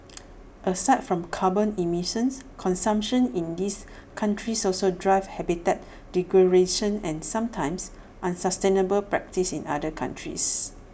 aside from carbon emissions consumption in these countries also drives habitat degradation and sometimes unsustainable practices in other countries